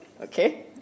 okay